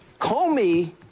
Comey